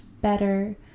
better